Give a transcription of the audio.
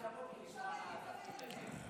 אני שמח שאתה פה, כי נשמע על התפקיד הזה.